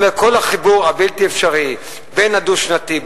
כל החיבור הבלתי-אפשרי בין הדו-שנתי,